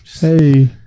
Hey